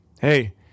hey